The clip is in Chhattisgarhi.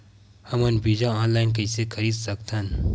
हमन बीजा ऑनलाइन कइसे खरीद सकथन?